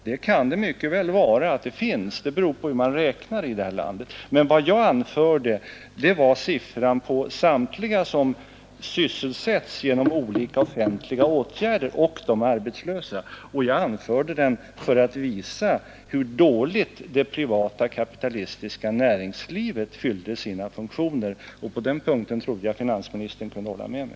Det kan det mycket väl finnas i landet. Det beror på hur man räknar. Men vad jag anförde var siffran på samtliga som sysselsätts genom olika offentliga åtgärder och de arbetslösa. Och jag anförde den för att visa hur dåligt det privata kapitalistiska näringslivet fyllde sina funktioner, och på denna punkt trodde jag finansministern kunde hålla med mig.